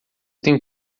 tenho